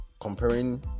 comparing